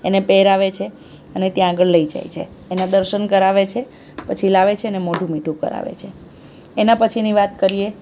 એને પહેરાવે છે અને ત્યાં આગળ લઈ જાય છે એનાં દર્શન કરાવે છે પછી લાવે છે ને મોઢું મીઠું કરાવે છે એનાં પછીની વાત કરીએ